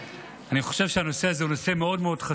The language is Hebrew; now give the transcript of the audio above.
אני חושב שהנושא הזה הוא נושא חשוב מאוד מאוד.